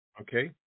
Okay